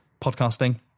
podcasting